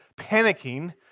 panicking